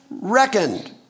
reckoned